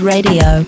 Radio